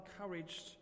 encouraged